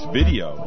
video